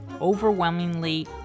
overwhelmingly